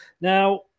Now